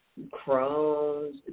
Crohn's